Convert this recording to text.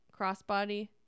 crossbody